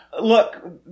Look